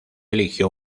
eligió